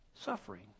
suffering